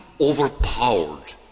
overpowered